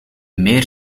meer